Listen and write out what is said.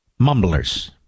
mumblers